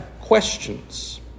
questions